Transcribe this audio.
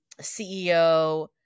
CEO